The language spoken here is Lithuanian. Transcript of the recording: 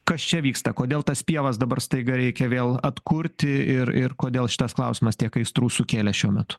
kas čia vyksta kodėl tas pievas dabar staiga reikia vėl atkurti ir ir kodėl šitas klausimas tiek aistrų sukėlė šiuo metu